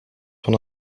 van